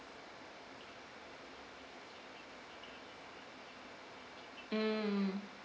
mm mm